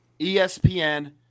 ESPN